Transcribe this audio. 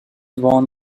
born